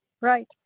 Right